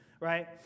right